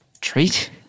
Treat